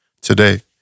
today